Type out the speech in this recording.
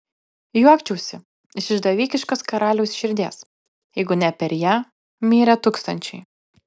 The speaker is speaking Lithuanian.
juokčiausi iš išdavikiškos karaliaus širdies jeigu ne per ją mirę tūkstančiai